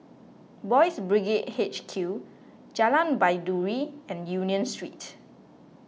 Boys' Brigade H Q Jalan Baiduri and Union Street